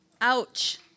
ouch